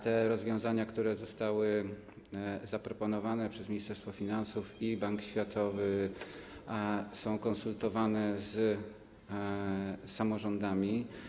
Te rozwiązania, które zostały zaproponowane przez Ministerstwo Finansów i Bank Światowy, są konsultowane z samorządami.